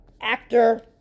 actor